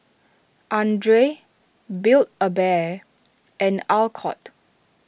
andre Build A Bear and Alcott